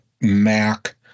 MAC